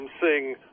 sing